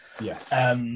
yes